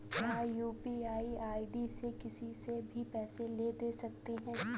क्या UPI ID से किसी से भी पैसे ले दे सकते हैं?